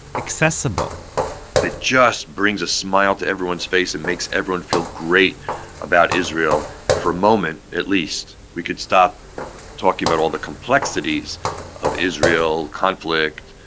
accessible it just brings a smile to everyone's face and makes everyone feel great about israel. and for a moment, at least, we could stop talking about all the complexities of israel conflict,